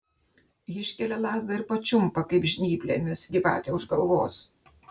iškelia lazdą ir pačiumpa kaip žnyplėmis gyvatę už galvos